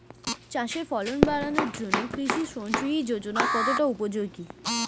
চাষের ফলন বাড়ানোর জন্য কৃষি সিঞ্চয়ী যোজনা কতটা উপযোগী?